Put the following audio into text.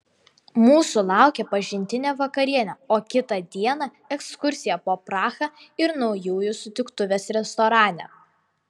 mūsų laukė pažintinė vakarienė o kitą dieną ekskursija po prahą ir naujųjų sutiktuvės restorane